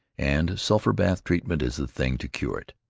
and sulphur-bath treatment is the thing to cure it.